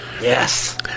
Yes